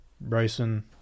Bryson